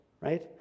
right